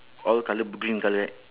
all colour green colour right